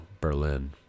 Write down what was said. Berlin